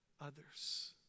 others